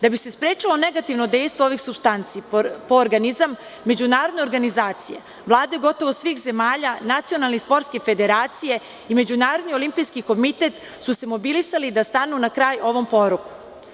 Da bi se sprečilo negativno dejstvo ovih supstanci po organizam, međunarodna organizacija, vlade gotovo svih zemalja, nacionalne i sportske federacije i MOK su se mobilisali da stanu na kraj ovom poroku.